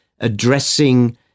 addressing